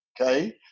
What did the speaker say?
okay